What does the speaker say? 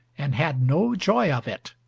and had no joy of it,